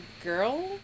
girl